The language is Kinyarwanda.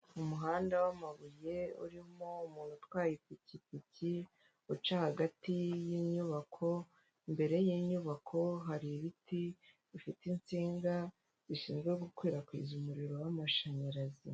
Umuhanda w'amabuye, urimo umuntu utwaye ipikipiki, uca hagati y'inyubako, imbere y'inyubako hari ibiti bifite insinga zishinzwe gukwirakwiza umuriro w'amashanyarazi.